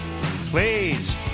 please